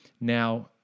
Now